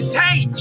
hey